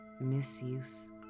misuse